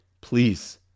please